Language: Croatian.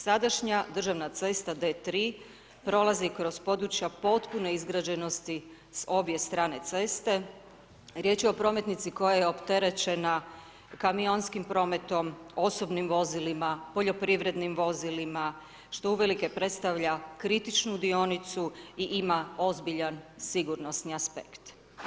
Sadašnja državna cesta D3 prolazi kroz područja potpuno izgrađenoisti s obje strane ceste, riječ je o prometnici koja je opterećena kamionskim prometom, osobnim vozilima, poljoprivrednim vozilima, što uvelike predstavlja kritičnu dionicu i ima ozbiljan sigurnosni aspekt.